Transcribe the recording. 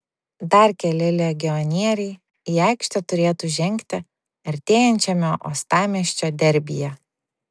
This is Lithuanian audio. dar keli legionieriai į aikštę turėtų žengti artėjančiame uostamiesčio derbyje